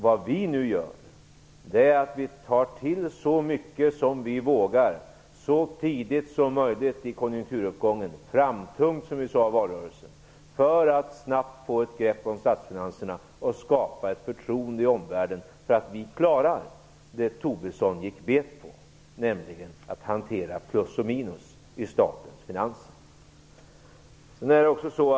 Vad vi nu gör är att vi tar till så mycket som vi vågar så tidigt som möjligt i konjunkturuppgången - framtungt, som vi sade i valrörelsen - för att snabbt få ett grepp om statsfinanserna och skapa ett förtroende i omvärlden för att vi klarar det som Tobisson gick bet på, nämligen att hantera plus och minus i statens finanser.